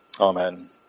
Amen